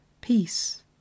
peace